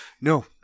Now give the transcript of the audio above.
No